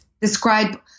describe